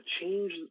change